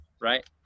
right